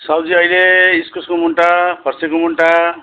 सब्जी अहिले इस्कुसको मुन्टा फर्सीको मुन्टा